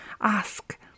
ask